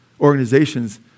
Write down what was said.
organizations